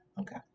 Okay